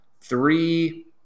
three